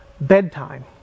bedtime